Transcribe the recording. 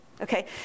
okay